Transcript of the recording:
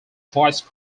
vice